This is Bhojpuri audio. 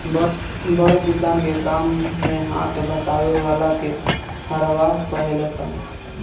बड़ किसान के काम मे हाथ बटावे वाला के हरवाह कहाले सन